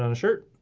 ah shirt.